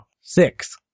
Six